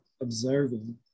observing